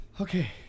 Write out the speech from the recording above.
okay